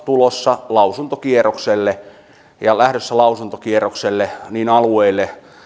tulossa lausuntokierrokselle ja lähdössä lausuntokierrokselle niin alueille